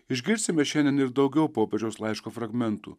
išgirsime šiandien ir daugiau popiežiaus laiško fragmentų